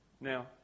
now